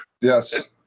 yes